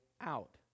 out